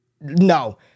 no